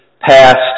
passed